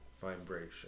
vibration